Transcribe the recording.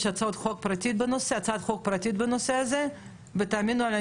הצעת חוק פרטית בנושא הזה ותאמינו לי,